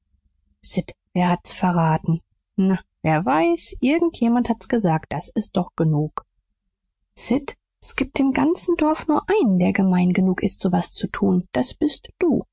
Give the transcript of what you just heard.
wer hat's verraten na wer weiß irgend jemand hat's gesagt das ist doch genug sid s gibt im ganzen dorf nur einen der gemein genug ist so was zu tun das bist du